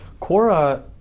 Quora